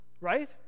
Right